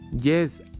Yes